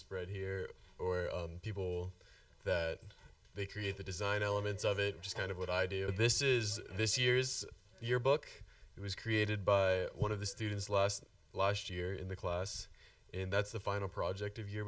t here or people that they create the design elements of it just kind of what i do this is this year's your book was created by one of the students last last year in the class and that's the final project of your